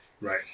Right